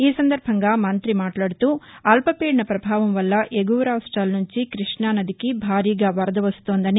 ఈ సందర్భంగా మంతి మాట్లాడుతూ అల్పపీదన పభావం వల్ల ఎగువ రాష్ట్రాల నుంచి క్బష్ణా నదికి భారీగా వరద వస్తోందని